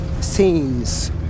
scenes